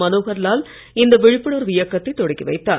மனோகர்லால் இந்த விழிப்புணர்வு இயக்கத்தை தொடக்கி வைத்தார்